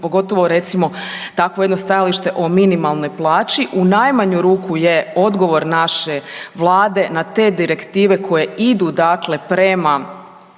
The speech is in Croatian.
pogotovo recimo takvo jedno stajalište o minimalnoj plaći u najmanju ruku je odgovor naše Vlade na te direktive koje idu,